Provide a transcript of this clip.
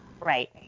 right